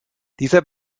dieser